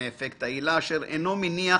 "מאפקט ההילה" אשר אינו מניח